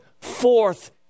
forth